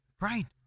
right